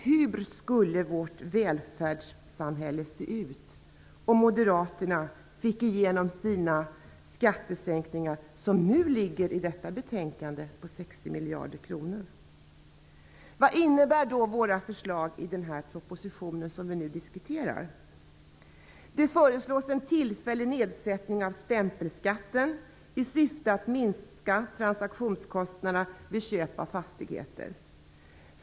Hur skulle vårt välfärdssamhälle se ut om moderaterna fick igenom sina skattesänkningar som nu, i detta betänkande, uppgår till 60 miljarder kronor? Vad innebär då våra förslag i den proposition vi nu diskuterar? Det föreslås en tillfällig nedsättning av stämpelskatten i syfte att minska transaktionskostnaderna vid köp av fastigheter.